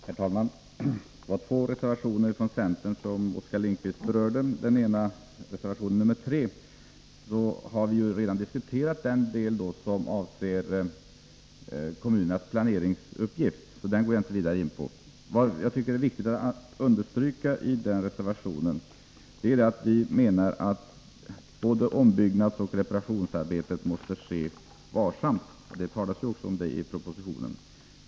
Herr talman! Oskar Lindkvist berörde två reservationer från centern. Vad gäller reservation 3 har vi redan diskuterat den del som avser kommunernas planeringsuppgift. Den går jag därför inte vidare in på. Det är viktigt att understryka beträffande den reservationen att vi anför att både ombyggnadsoch reparationsarbeten måste ske varsamt. Det talas också om det i propositionen.